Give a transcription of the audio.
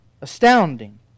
Astounding